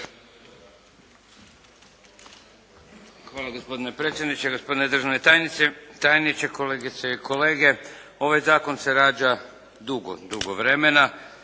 Hvala gospodine predsjedniče, gospodine državni tajniče, kolegice i kolege. Ovaj Zakon se rađa dugo, dugo vremena.